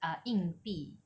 uh 硬币